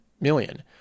million